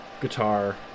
guitar